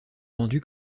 vendu